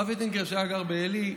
הרב אטינגר שהיה גר בעלי,